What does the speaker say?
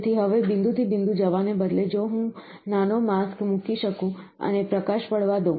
તેથી હવે બિંદુ થી બિંદુ જવાને બદલે જો હું નાનો માસ્ક મૂકી શકું અને પ્રકાશ પડવા દઉં